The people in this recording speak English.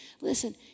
Listen